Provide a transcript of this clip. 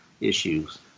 issues